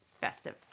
Festive